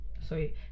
Sorry